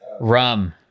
Rum